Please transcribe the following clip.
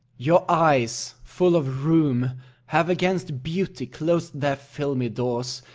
your eyes full of rheum have against beauty closed their filmy doors,